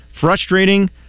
frustrating